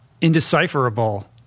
indecipherable